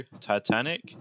Titanic